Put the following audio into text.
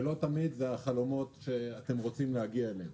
ולא תמיד זה החלומות שאתם רוצים להגיע אליהם.